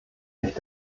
nicht